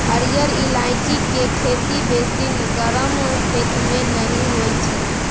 हरिहर ईलाइची केर खेती बेसी गरम खेत मे नहि होइ छै